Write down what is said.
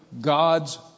God's